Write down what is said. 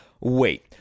wait